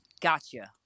Gotcha